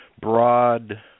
broad